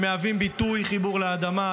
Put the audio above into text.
הם מהווים ביטוי לחיבור לאדמה,